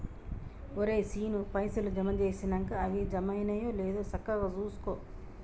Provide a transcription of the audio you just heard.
ఒరే శీనూ, పైసలు జమ జేసినంక అవి జమైనయో లేదో సక్కగ జూసుకో